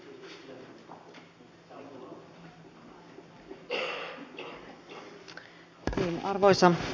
arvoisa puhemies